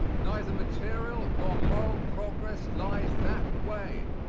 neither material nor moral progress lies that way.